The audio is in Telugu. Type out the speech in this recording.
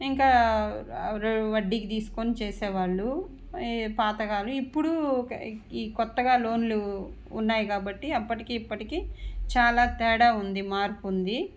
ఇంకా వడ్డీకి తీసుకొని చేసేవాళ్ళు ఈ పాతకాలం ఇప్పుడు ఈ కొత్తగా లోన్లు ఉన్నాయి కాబట్టి అప్పటికి ఇప్పటికి చాలా తేడా ఉంది మార్పు ఉంది